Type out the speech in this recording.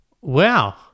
wow